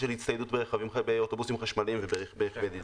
של הצטיידות באוטובוסים חשמליים וברכבי דיזל.